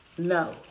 No